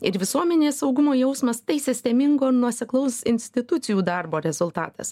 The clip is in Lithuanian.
ir visuomenės saugumo jausmas tai sistemingo ir nuoseklaus institucijų darbo rezultatas